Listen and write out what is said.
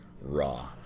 raw